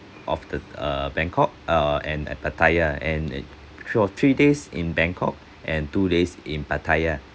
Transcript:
of the err bangkok uh and and pattaya and it two or three days in bangkok and two days in pattaya